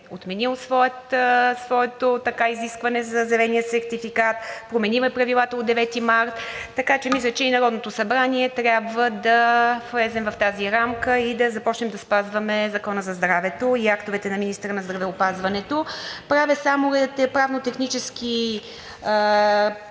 отменил своето изискване за зеления сертификат, променил е правилата от 9 март, така че мисля, че Народното събрание трябва да влезе в тази рамка и да започнем да спазваме Закона за здравето и актовете на министъра на здравеопазването. Правя само правно-технически